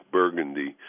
burgundy